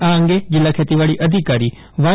આ અંગે જીલ્લા ખેતીવાડી અધિકારી વાય